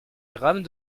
grammes